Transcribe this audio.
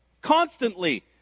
constantly